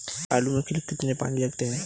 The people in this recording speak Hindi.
आलू में कुल कितने पानी लगते हैं?